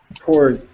Poor